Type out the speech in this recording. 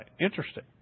Interesting